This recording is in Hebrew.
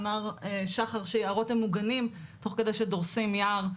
שחר אמר שיערות הם מוגנים, תוך כדי שדורסים יער.